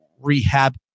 rehab